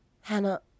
Hannah